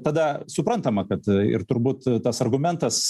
tada suprantama kad ir turbūt tas argumentas